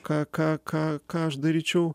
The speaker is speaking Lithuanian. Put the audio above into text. ką ką ką ką aš daryčiau